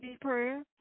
prayer